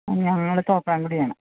ഞങ്ങൾ തോപ്രാം കുടിയാണ്